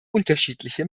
unterschiedliche